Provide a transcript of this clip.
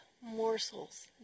morsels